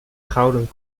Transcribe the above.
gouden